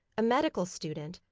a medical student,